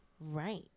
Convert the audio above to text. Right